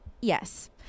Yes